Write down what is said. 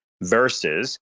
versus